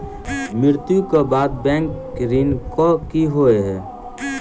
मृत्यु कऽ बाद बैंक ऋण कऽ की होइ है?